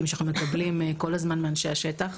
שאנחנו מקבלים כל הזמן מאנשי השטח.